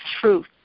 truth